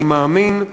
אני מאמין,